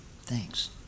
Thanks